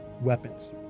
weapons